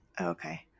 Okay